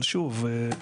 אבל, שוב,